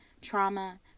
trauma